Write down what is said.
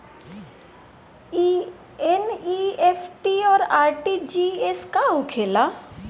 ई एन.ई.एफ.टी और आर.टी.जी.एस का होखे ला?